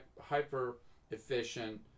hyper-efficient